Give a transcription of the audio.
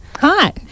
Hi